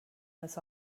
this